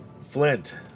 Flint